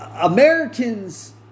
Americans